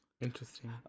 Interesting